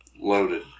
Loaded